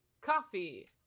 coffee